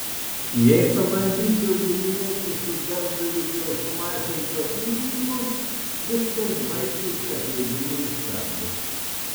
jei pabandyčiau bylinėtis su darbdaviu dėl sumažinto atlyginimo viskas baigtųsi atleidimu iš darbo